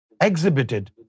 exhibited